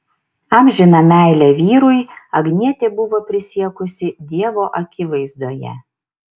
amžiną meilę vyrui agnietė buvo prisiekusi dievo akivaizdoje